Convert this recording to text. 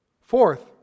Fourth